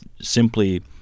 simply